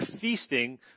feasting